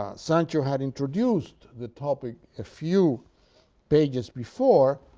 ah sancho had introduced the topic a few pages before,